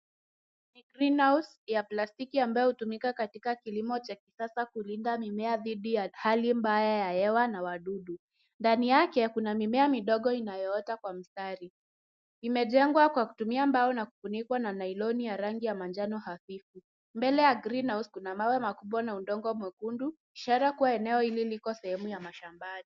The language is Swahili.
Ni greenhouse ya plastiki ambayo hutumika katika kilimo cha kisasa kulinda mimea dhidi ya hali mbaya ya hewa na wadudu . Ndani yake kuna mimea midogo inayoota kwa mstari. Imejengwa kkwa kutumia mbao na kufunikwa na nailoni ya rangi ya manjano hafifu. Mbele ya greehhouse kuna mawe makubwa na udongo mwekundu, ishara kuwa eneo hili liko eneo la mashambani.